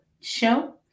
show